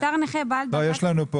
נפטר נכה בעל דרגת